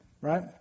right